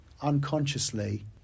unconsciously